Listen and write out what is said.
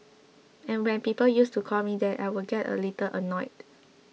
and when people used to call me that I would get a little annoyed